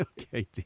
Okay